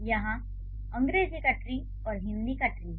यहां अंग्रेजी का ट्री और हिंदी का ट्री है